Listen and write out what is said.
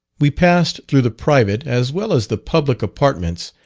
we passed through the private, as well as the public, apartments,